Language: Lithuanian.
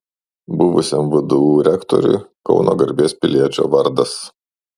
buvusiam vdu rektoriui kauno garbės piliečio vardas